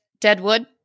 Deadwood